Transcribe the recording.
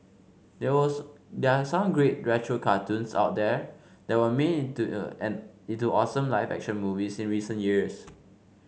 there there are some great retro cartoons out there that were made into a an into awesome live action movies in recent years